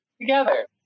together